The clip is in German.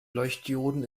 leuchtdioden